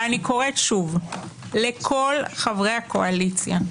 אני קוראת שוב לכל חברי הקואליציה: